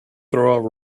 throw